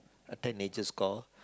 attend nature's call